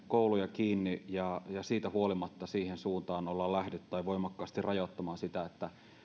kouluja kiinni ja siitä huolimatta siihen suuntaan ollaan lähdetty tai voimakkaasti rajoittamaan sitä